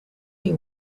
you